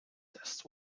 test